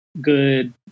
good